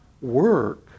work